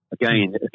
Again